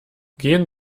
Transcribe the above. gehen